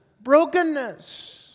brokenness